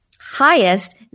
highest